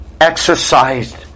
exercised